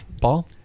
Paul